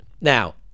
Now